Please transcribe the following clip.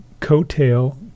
coattail